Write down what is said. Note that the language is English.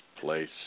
place